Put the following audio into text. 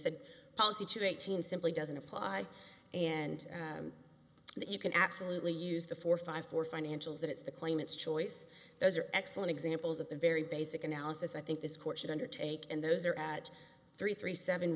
said policy to eighteen simply doesn't apply and that you can absolutely use the four five four financials that it's the claimants choice those are excellent examples of the very basic analysis i think this court should undertake and those are at three three seven